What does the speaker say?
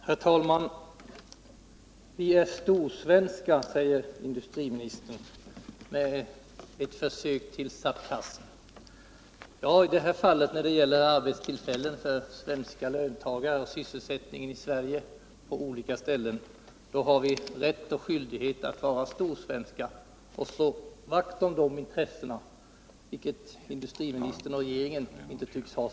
Herr talman! Ni är storsvenska, säger industriministern med ett försök till sarkasm. Ja, i det här fallet när det gäller arbetstillfällen för svenska löntagare och sysselsättningen i Sverige på olika ställen har vi rätt och skyldighet att vara storsvenska och slå vakt om dessa intressen, vilket industriministern och regeringen inte tycks ha.